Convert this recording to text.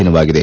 ದಿನವಾಗಿದೆ